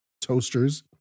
toasters